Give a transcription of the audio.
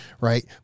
right